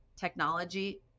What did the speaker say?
technology